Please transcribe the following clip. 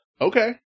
Okay